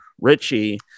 richie